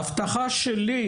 ההבטחה שלי,